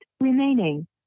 remaining